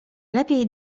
lepiej